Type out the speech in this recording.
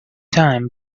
time